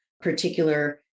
particular